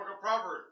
Proverbs